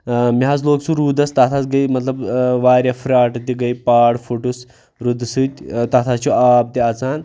مےٚ حظ لوگ سُہ روٗدَس تَتھ حظ گٔے مطلب واریاہ پھرٛاٹہٕ تہِ گٔے پار پھُٹُس روٗدٕ سۭتۍ تَتھ حظ چھُ آب تہِ اَژان